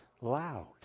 loud